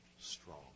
strong